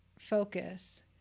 focus